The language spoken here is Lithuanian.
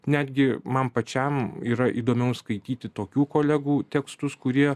netgi man pačiam yra įdomiau skaityti tokių kolegų tekstus kurie